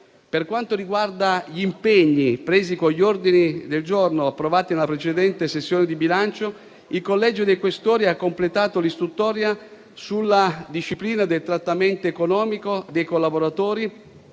Per quanto riguarda gli impegni presi con gli ordini del giorno approvati nella precedente sessione di bilancio interno, il Collegio dei Questori ha completato l'istruttoria sulla disciplina del trattamento economico dei collaboratori